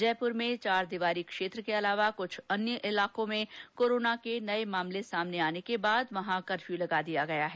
जयपुर में चारदीवारी क्षेत्र के अलावा कुछ अन्य इलाकों में कोरोना के नये मामले सामने आने के बाद वहां कफर्यू लगा दिया गया है